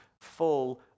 full